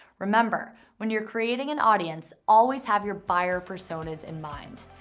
remember, when you're creating an audience, always have your buyer personas in mind.